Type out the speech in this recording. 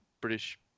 British